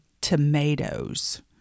tomatoes